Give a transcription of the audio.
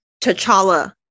T'Challa